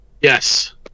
Yes